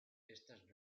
estas